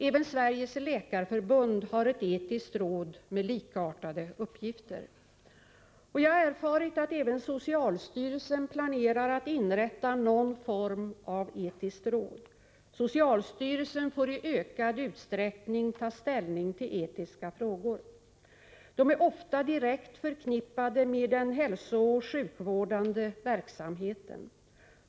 Även Sveriges Läkarförbund har ett etiskt råd med likartade uppgifter. Jag har erfarit att även socialstyrelsen planerar att inrätta någon form av etiskt råd. Socialstyrelsen får i ökad utsträckning ta ställning till etiska frågor. De är ofta direkt förknippade med den hälsooch sjukvårdande verksamhe ten.